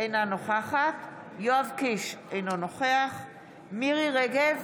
אינה נוכחת יואב קיש, אינו נוכח מירי רגב,